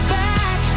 back